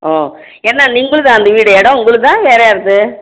ஓ என்ன உங்களுதா வீடு இடம் உங்களுதா வேறு யாருது